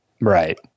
Right